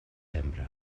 sembra